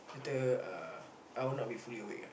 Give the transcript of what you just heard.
later uh I will not be fully awake ah